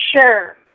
Sure